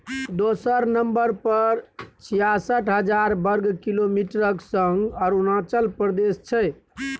दोसर नंबर पर छियासठ हजार बर्ग किलोमीटरक संग अरुणाचल प्रदेश छै